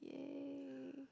!yay!